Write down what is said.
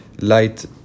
light